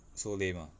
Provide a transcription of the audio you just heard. so lame ah